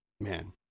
man